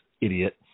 Idiot